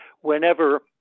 whenever